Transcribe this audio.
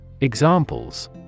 Examples